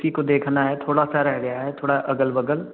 उसी को देखना है थोड़ा सा रह गया है थोड़ा अगल बगल